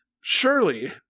surely